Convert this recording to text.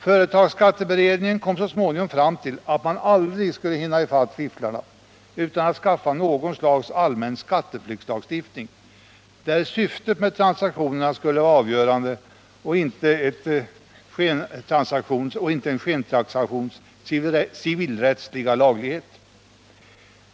Företagsskatteberedningen kom så småningom fram till att man aldrig skulle hinna i fatt fifflarna utan att skaffa något slags allmän skatteflyktslagstiftning, där syftet med transaktionerna skulle vara avgörande och inte en skentransaktions civilrättsliga laglighet.